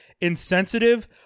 insensitive